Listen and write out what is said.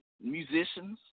musicians